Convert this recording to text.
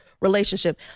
relationship